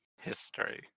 history